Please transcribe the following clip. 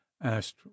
asked